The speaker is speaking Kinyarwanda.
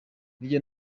hirya